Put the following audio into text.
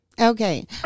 Okay